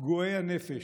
פגועי הנפש,